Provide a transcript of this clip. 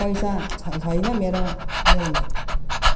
पैसा छ छैन मेरो मेरोमा